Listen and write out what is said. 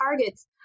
targets